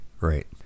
Right